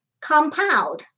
compound